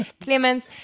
Clemens